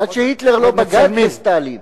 עד שהיטלר לא בגד בסטלין